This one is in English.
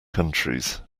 countries